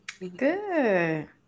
Good